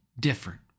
different